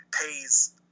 pays